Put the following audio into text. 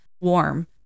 Warm